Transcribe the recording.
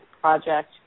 project